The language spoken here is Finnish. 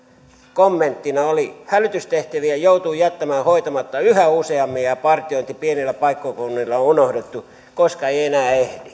kommenttina oli hälytystehtäviä joutuu jättämään hoitamatta yhä useammin ja partiointi pienillä paikkakunnilla on on unohdettu koska ei enää ehdi